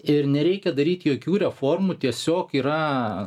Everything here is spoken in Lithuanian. ir nereikia daryt jokių reformų tiesiog yra